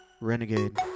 renegade